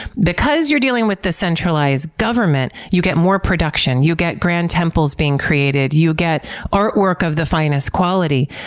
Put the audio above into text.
because you're dealing with the centralized government, you get more production, you get grand temples being created, you get artwork of the finest quality.